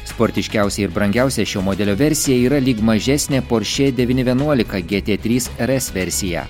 sportiškiausia ir brangiausia šio modelio versija yra lyg mažesnė poršė devyni vienuolika gėtė trys r s versija